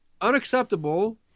unacceptable